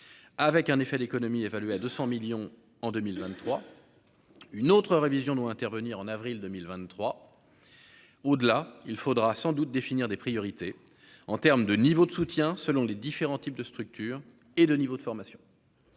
avec un effet l'économie évaluée à 200 millions en 2023, une autre révision doit intervenir en avril 2023 au-delà il faudra sans doute définir des priorités en terme de niveau de soutien selon les différents types de structures et le niveau de formation.